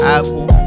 Apple